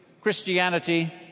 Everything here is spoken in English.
Christianity